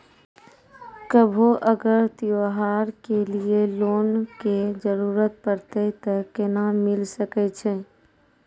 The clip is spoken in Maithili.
कभो अगर त्योहार के लिए लोन के जरूरत परतै तऽ केना मिल सकै छै?